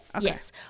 yes